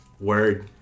Word